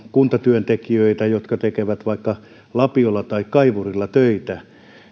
kuntatyöntekijöitä jotka tekevät vaikka lapiolla tai kaivurilla töitä